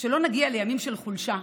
שלא נגיע לימים של חולשה,